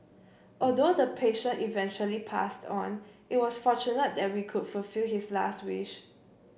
although the patient eventually passed on it was fortunate that we could fulfil his last wish